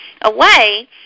away